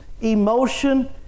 emotion